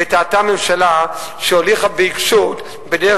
וטעתה הממשלה שהוליכה בעיקשות בדרך